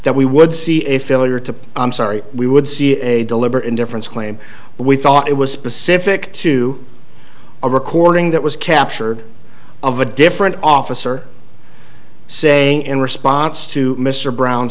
that we would see a failure to sorry we would see a deliberate indifference claim we thought it was specific to a recording that was captured of a different officer saying in response to mr brown